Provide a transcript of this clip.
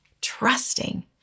trusting